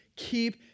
keep